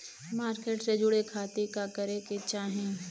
Market से जुड़े खाती का करे के चाही?